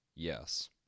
Yes